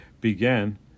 began